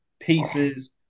pieces